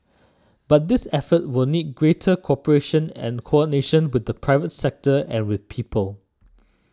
but this effort will need greater cooperation and coordination with the private sector and with people